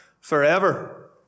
forever